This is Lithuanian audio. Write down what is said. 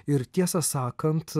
ir tiesą sakant